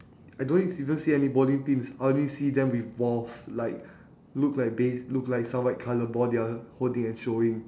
I don't even see any bowling pins I only see them with balls like look like base~ look like some white colour ball they're holding and throwing